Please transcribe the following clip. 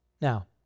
Now